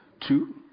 two